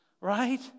Right